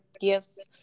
gifts